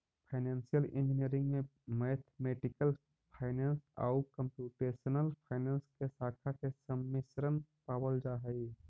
financial engineering में mathematical finance आउ computational finance के शाखा के सम्मिश्रण पावल जा हई